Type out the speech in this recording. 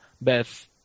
Beth